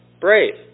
brave